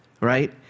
right